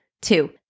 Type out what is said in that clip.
Two